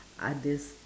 others